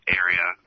area